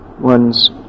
one's